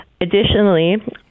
Additionally